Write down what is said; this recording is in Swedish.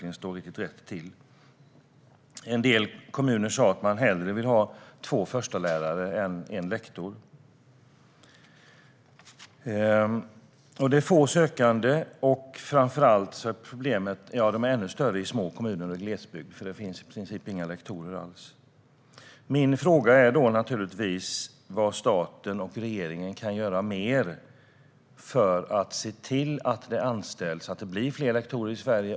En del kommuner sa att man hellre vill ha två förstelärare än en lektor. Det är dessutom få sökande, och problemet är ännu större i små kommuner och i glesbygd, för det finns i princip inga lektorer alls där. Min fråga är naturligtvis vad staten och regeringen kan göra mer för att se till att det blir fler lektorer i Sverige.